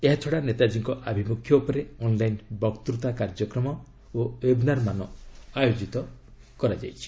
ଏହାଛଡ଼ା ନେତାଜୀଙ୍କ ଆଭିମୁଖ୍ୟ ଉପରେ ଅନ୍ଲାଇନ୍ ବକ୍ତୃତା କାର୍ଯ୍ୟକ୍ରମ ଓ ୱେବ୍ନାର୍ ମାନ ଆୟୋଜିତ ହେଉଛି